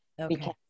Okay